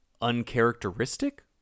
uncharacteristic